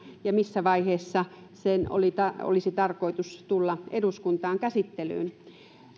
ja missä vaiheessa sen olisi tarkoitus tulla eduskuntaan käsittelyyn